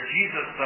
Jesus